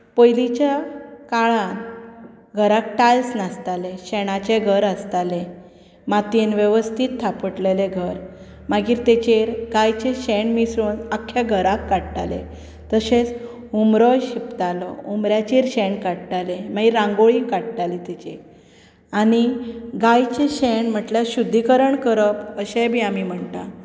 पयलींच्या काळांत घराक टायल्स नासताले शेणाचें घर आसतालें मातयेन वेवस्थीत थापटलेलें घर मागीर ताचेर गायेचें शेण मिसळून आख्ख्या घराक काडटाले तशेंच उमरो शिंपतालो उमऱ्याचेर शेण काडटाले मागीर रांगोळी काडटाली तेजेर आनी गायेचें शेण म्हणल्यार शुद्धीकरण करप अशेंय बी आमी म्हणटात